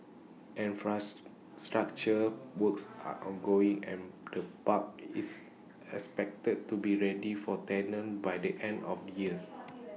structure works are ongoing and the park is expected to be ready for tenants by the end of the year